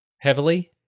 Heavily